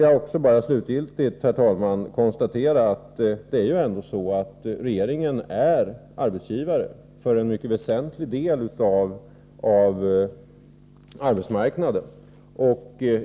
Jag vill slutligen bara konstatera att regeringen är arbetsgivare på en mycket stor del av arbetsmarknaden.